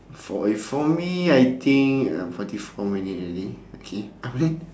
for if for me I think uh forty four minutes already okay boleh